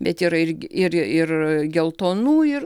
bet yra ir ir ir geltonų ir